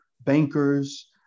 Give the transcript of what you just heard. bankers